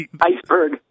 Iceberg